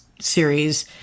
series